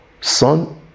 son